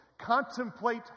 contemplate